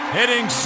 hitting